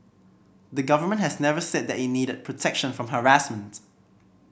the Government has never said that it needed protection from harassment